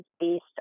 based